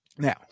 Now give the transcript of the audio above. Now